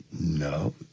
No